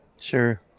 sure